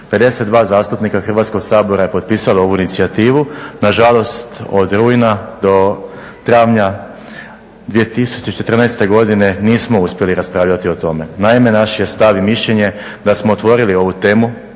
52 zastupnika Hrvatskog sabora je potpisalo ovu inicijativu, nažalost od rujna do travnja 2014. godine nismo uspjeli raspravljati o tome. Naime, naš je stav i mišljenje da smo otvorili ovu temu,